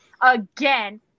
Again